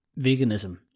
veganism